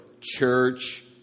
church